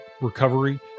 recovery